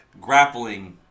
grappling